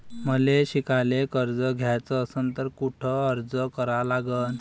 मले शिकायले कर्ज घ्याच असन तर कुठ अर्ज करा लागन?